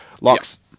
Locks